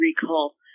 recall